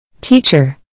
Teacher